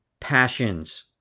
passions